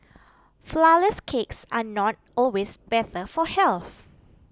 Flourless Cakes are not always better for health